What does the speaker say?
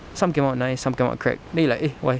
some came out nice some came out cracked then you like eh why